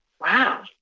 Wow